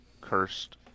cursed